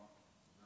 תודה רבה, אדוני